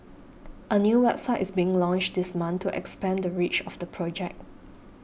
a new website is being launched this month to expand the reach of the project